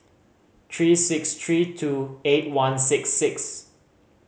three six three two eight one six six